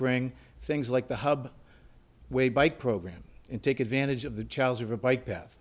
bring things like the hub way by program and take advantage of the charles river bike path